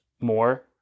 more